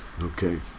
Okay